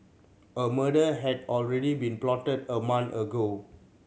a murder had already been plotted a month ago